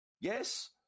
Yes